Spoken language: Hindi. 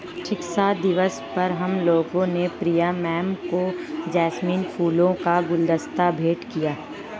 शिक्षक दिवस पर हम लोगों ने प्रिया मैम को जैस्मिन फूलों का गुलदस्ता भेंट किया